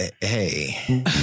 Hey